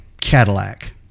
cadillac